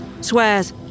swears